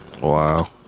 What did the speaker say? wow